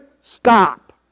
Stop